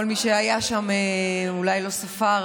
כל מי שהיה שם אולי לא ספר,